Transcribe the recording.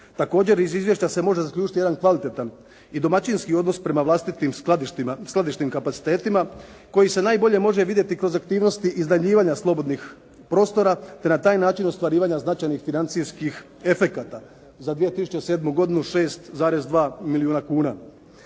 Također, iz izvješća se može zaključiti jedan kvalitetan i domaćinski odnos prema vlastitim skladišnim kapacitetima koji se najbolje može vidjeti kroz aktivnosti iznajmljivanja slobodnih prostora te na taj način ostvarivanja značajnih financijskih efekata. Za 2007. godinu 6,2 milijuna kuna.